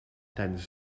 tijdens